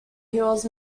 hills